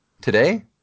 today